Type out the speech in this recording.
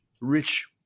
rich